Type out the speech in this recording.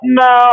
no